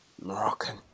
Moroccan